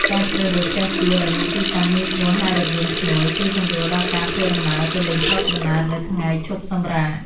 ការជ្រើសរើសផ្ទះជួលដែលមានទីតាំងងាយស្រួលហៅរថយន្តឈ្នួលជួយសម្រួលដល់ការធ្វើដំណើរទៅលេងស្រុកកំណើតនៅថ្ងៃឈប់សម្រាក។